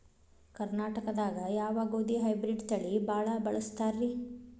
ಕರ್ನಾಟಕದಾಗ ಯಾವ ಗೋಧಿ ಹೈಬ್ರಿಡ್ ತಳಿ ಭಾಳ ಬಳಸ್ತಾರ ರೇ?